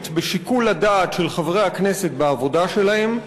בשיקול הדעת של חברי הכנסת בעבודה שלהם,